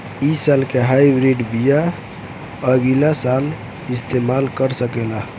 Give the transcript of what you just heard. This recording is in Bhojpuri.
इ साल के हाइब्रिड बीया अगिला साल इस्तेमाल कर सकेला?